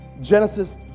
Genesis